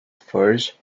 furs